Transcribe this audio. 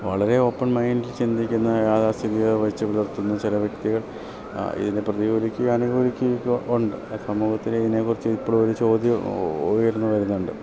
വളരെ ഓപ്പൺ മൈൻറ്റിൽ ചിന്തിക്കുന്ന യാഥാസ്ഥിതിക വെച്ച് പുലർത്തുന്ന ചില വ്യക്തികൾ ഇതിനെ പ്രതികൂലിക്കയും അനുകൂലിക്കയും ഒക്കെ ഉണ്ട് സമൂഹത്തിൽ ഇതിനെക്കുറിച്ച് ഇപ്പോഴും ഒരു ചോദ്യം ഉയർന്നു വരുന്നുണ്ട്